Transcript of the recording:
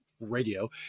radio